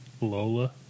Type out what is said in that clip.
Lola